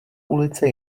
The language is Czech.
ulice